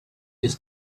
his